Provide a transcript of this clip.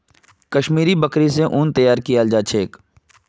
कश्मीरी बकरि स उन तैयार कियाल जा छेक